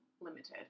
limited